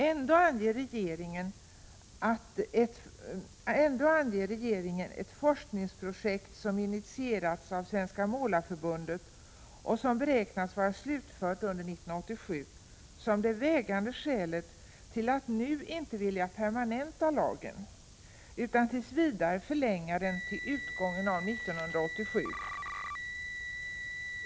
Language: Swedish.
Ändå anger regeringen ett forskningsprojekt som initierats av Svenska målarförbundet och som beräknas vara slutfört under 1987 som det vägande skälet till att nu inte permanenta lagen utan tills vidare förlänga den till utgången av 1987.